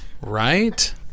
Right